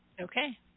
Okay